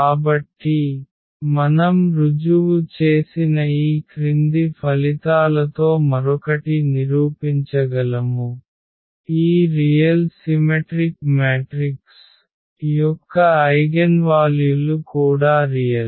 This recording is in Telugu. కాబట్టి మనం రుజువు చేసిన ఈ క్రింది ఫలితాలతో మరొకటి నిరూపించగలము ఈ నిజమైన సిమెట్రిక్ మ్యాట్రిక్స్ యొక్క ఐగెన్వాల్యులు కూడా రియల్